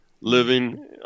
living